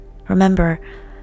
Remember